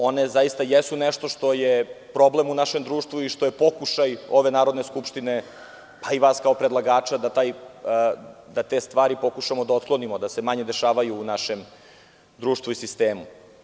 One zaista jesu nešto što je problem u našem društvu i što je pokušaj ove Narodne skupštine, a i vas kao predlagača da te stvari pokušamo da otklonimo, da se manje dešavaju u našem društvu i sistemu.